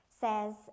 says